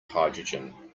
hydrogen